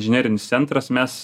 inžinerinis centras mes